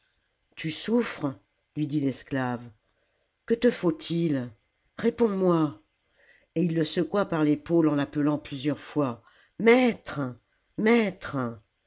tu souffres lui dit l'esclave que te faut-il réponds-moi i et il le secoua par l'épaule en l'appelant plusieurs fois maître maître